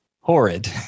horrid